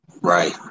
Right